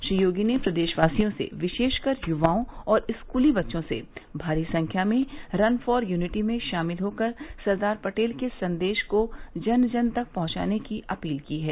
श्री योगी ने प्रदेशवासियों से विशेषकर युवाओं और स्कूली बच्चों से भारी संख्या में रन फॉर यूनिटी में शामिल होकर सरदार पटेल के संदेश को जन जन तक पहुंचाने की अपील की है